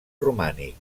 romànic